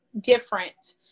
different